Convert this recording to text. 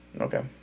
Okay